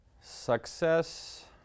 Success